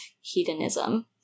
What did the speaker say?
hedonism